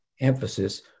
emphasis